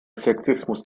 sexismus